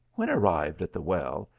when arrived at the well,